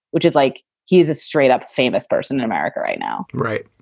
which is like he's a straight up famous person in america right now right.